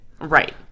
Right